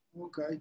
okay